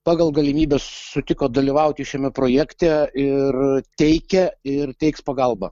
pagal galimybes sutiko dalyvauti šiame projekte ir teikia ir teiks pagalbą